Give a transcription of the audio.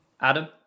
Adam